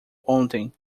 ontem